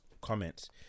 comments